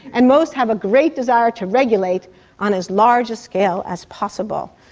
and most have a great desire to regulate on as large a scale as possible.